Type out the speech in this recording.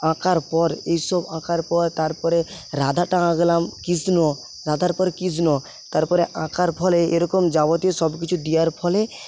আঁকার পর এসব আঁকার পর তারপরে রাধাটা আঁকলাম কৃষ্ণ রাধার পর কৃষ্ণ তারপরে আঁকার ফলে এরকম যাবতীয় সবকিছু দেওয়ার ফলে